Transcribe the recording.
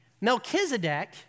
Melchizedek